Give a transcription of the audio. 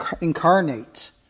incarnate